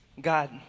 God